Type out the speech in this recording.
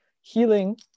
healing